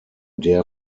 der